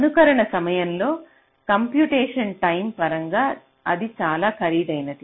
అనుకరణ సమయంలో computation time పరంగా ఇది చాలా ఖరీదైనది